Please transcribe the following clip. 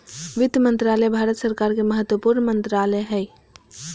वित्त मंत्रालय भारत सरकार के महत्वपूर्ण मंत्रालय हइ